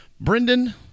Brendan